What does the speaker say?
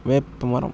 வேப்பமரம்